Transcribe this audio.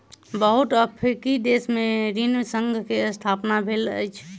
बहुत अफ्रीकी देश में ऋण संघ के स्थापना भेल अछि